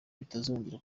bitazongera